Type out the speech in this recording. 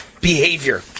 behavior